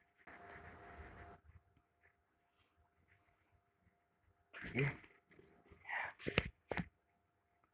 ಕೇಟಗಳಲ್ಲಿ ಯಾವ ಯಾವ ತರಹದ ಕೇಟಗಳು ಇವೆ?